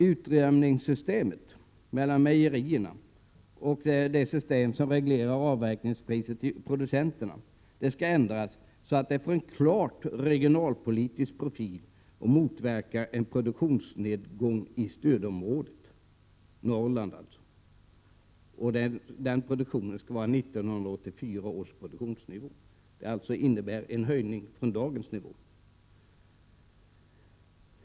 Utjämningssystemet mellan mejerierna och det system som reglerar avräkningspriset till producenterna skall ändras så att det får en klart regionalpolitisk profil och motverkar en produktionsnedgång i stödområdet, dvs. Norrland. Den produktionen skall ligga på 1984 års produktionsnivå. Det innebär en höjning från dagens nivå.